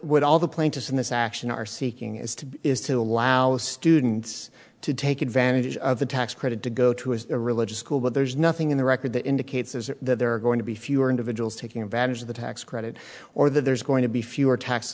would all the plaintiffs in this action are seeking is to do is to allow students to take advantage of the tax credit to go to a religious school but there's nothing in the record that indicates is that there are going to be fewer individuals taking advantage of the tax credit or that there's going to be fewer tax